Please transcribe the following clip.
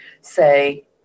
say